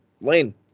lane